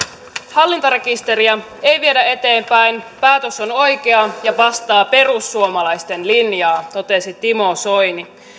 hallintarekisteriä ei viedä eteenpäin päätös on oikea ja vastaa perussuomalaisten linjaa totesi timo soini